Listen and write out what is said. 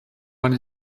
one